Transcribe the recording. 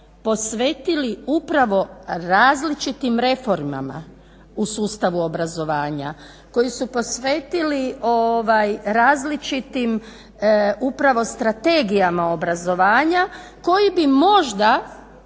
posvetili upravo različitim reformama u sustavu obrazovanja, koji su posvetili različitim upravo strategijama obrazovanja koji bi možda